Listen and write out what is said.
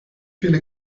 viele